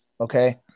okay